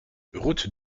route